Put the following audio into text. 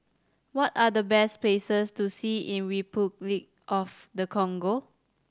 what are the best places to see in Repuclic of the Congo